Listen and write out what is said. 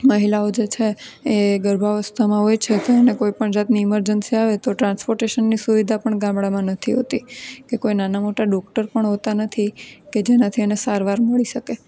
મહિલાઓ જે છે એ ગર્ભાવસ્થામાં હોય છે તો એને કોઈપણ જાતની ઇમરજન્સી આવે તો ટ્રાન્સપોર્ટેશનની સુવિધા પણ ગામડામાં નથી હોતી કે કોઈ નાના મોટા ડોક્ટર પણ હોતા નથી કે જેનાથી એને સારવાર મળી શકે